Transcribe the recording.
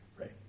right